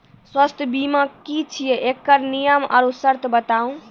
स्वास्थ्य बीमा की छियै? एकरऽ नियम आर सर्त बताऊ?